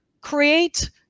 create